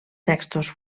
textos